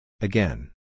again